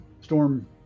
storm